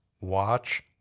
watch